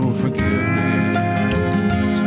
forgiveness